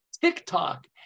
TikTok